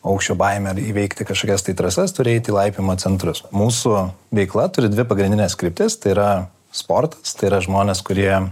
aukščio baimę ar įveikti kažkokias tai trasas turi eit į laipiojimo centrus mūsų veikla turi dvi pagrindines kryptis tai yra sportas tai yra žmonės kurie